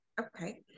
Okay